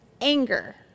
anger